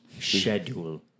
Schedule